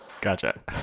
Gotcha